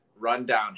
rundown